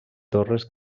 torres